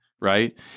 right